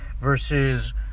versus